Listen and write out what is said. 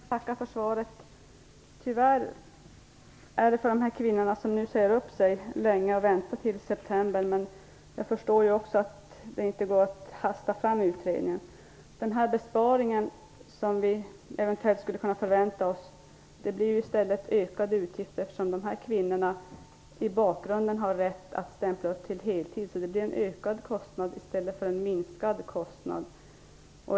Fru talman! Jag tackar för svaret. Tyvärr är det för de kvinnor som nu säger upp sig en lång väntetid fram till september. Samtidigt förstår jag att det inte går att hasta fram utredningen. Den besparing som vi eventuellt skulle kunna förvänta oss blir i stället ökade utgifter, eftersom de här kvinnorna har rätt att stämpla upp till heltid. Det blir således en ökad kostnad i stället för en minskad kostnad.